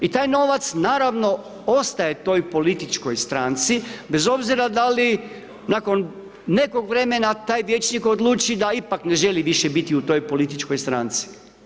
I taj novac naravno ostaje toj političkoj stranci bez obzira da li nakon nekog vremena taj vijećnik odluči da ipak ne želi više biti u toj političkoj stranci.